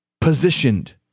positioned